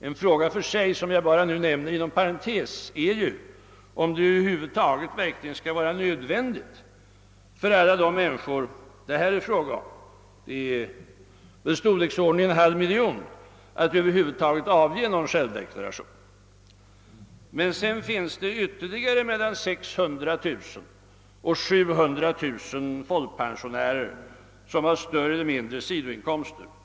En fråga för sig, som jag bara nämner inom parentes, är om det över huvud taget skall vara nödvändigt för alla de människor det här rör sig om — till antalet ungefär en halv miljon — att avge någon självdeklaration. Det finns emellertid ytterligare mel Jan 600 000 och 700 000 folkpensionärer, som har större eller mindre sidoinkomster.